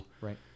Right